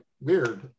weird